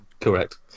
Correct